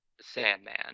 Sandman